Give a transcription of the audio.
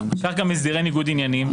כך גם הסדרי ניגוד עניינים,